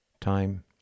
Time